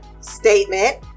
statement